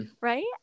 Right